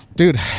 Dude